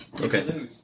Okay